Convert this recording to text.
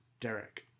Derek